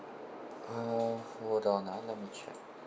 uh hold on ah let me check